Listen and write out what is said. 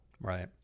right